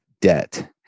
debt